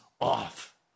off